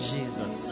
Jesus